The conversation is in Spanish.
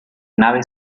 nave